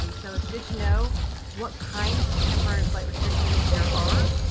um so it's good to know what kinds of temporary flight restrictions there are,